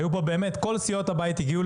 היו פה באמת נציגים מכל סיעות הבית,